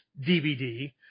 DVD